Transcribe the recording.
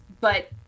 but-